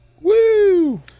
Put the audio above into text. Woo